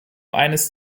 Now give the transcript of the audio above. eines